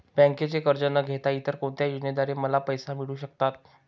बँकेचे कर्ज न घेता इतर कोणत्या योजनांद्वारे मला पैसे मिळू शकतात?